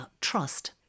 trust